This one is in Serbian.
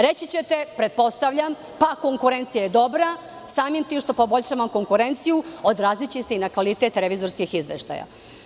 Reći ćete, pretpostavljam, konkurencija je dobra i samim tim što poboljšamo konkurenciju odraziće se i na kvalitet revizorskih izveštaja.